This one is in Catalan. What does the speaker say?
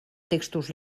textos